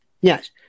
Yes